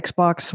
Xbox